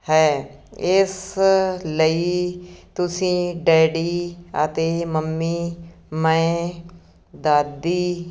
ਹੈ ਇਸ ਲਈ ਤੁਸੀਂ ਡੈਡੀ ਅਤੇ ਮੰਮੀ ਮੈਂ ਦਾਦੀ